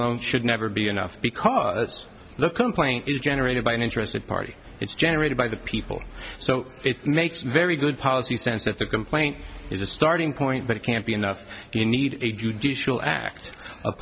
alone should never be enough because the complaint is generated by an interested party it's generated by the people so it makes very good policy sense that the complaint is a starting point but it can't be enough you need a judicial act